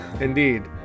Indeed